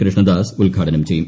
കൃഷ്ണദാസ് ഉദ്ഘാടനം ചെയ്യും